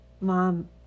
Mom